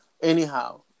Anyhow